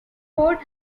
fort